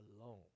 alone